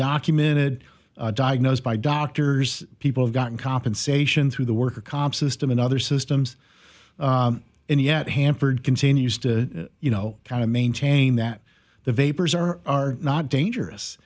documented diagnosed by doctors people have gotten compensation through the workers comp system and other systems and yet hampered continues to you know kind of maintain that the vapors are not dangerous